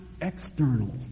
external